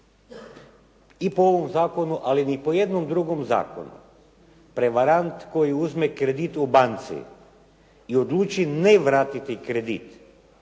I po ovom zakonu, ali ni po jednom drugom zakonu, prevarant koji uzme kredit u banci, i odluči ne vratiti kredit.